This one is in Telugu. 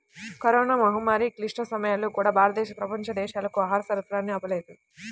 కరోనా మహమ్మారి క్లిష్ట సమయాల్లో కూడా, భారతదేశం ప్రపంచ దేశాలకు ఆహార సరఫరాని ఆపలేదు